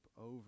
over